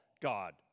God